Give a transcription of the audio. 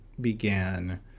began